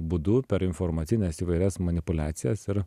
būdu per informacines įvairias manipuliacijas ir